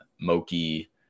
Moki